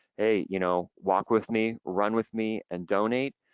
hey, you know walk with me, run with me and donate.